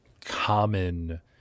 common